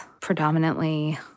predominantly